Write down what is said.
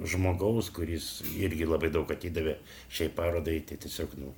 žmogaus kuris irgi labai daug atidavė šiai parodai tai tiesiog nu